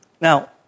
Now